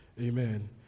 Amen